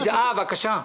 בבקשה.